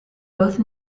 both